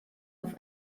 auf